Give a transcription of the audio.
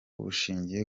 bushingiye